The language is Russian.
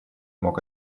мог